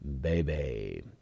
baby